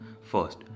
First